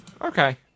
Okay